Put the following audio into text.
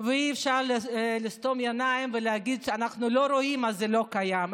ואי-אפשר לעצום עיניים ולהגיד: אנחנו לא רואים אז זה לא קיים.